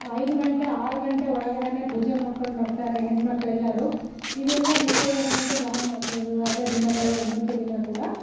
ಐದು ಗಂಟೆ ಆರು ಗಂಟೆ ಒಳಗಡೆನೆ ಪೂಜೆ ಮಾಡ್ಕೊಂಡು ಬರ್ತಾರೆ ಹೆಣ್ಮಕ್ಳೆಲ್ಲಾರು ಇದೆಲ್ಲ ಮುತ್ತೈದೆಯರ್ಗಂತು ಬಹಳ ಮಹತ್ವವಾದ ದಿನಗಳು ಒಂಬತ್ತು ದಿನ ಕೂಡ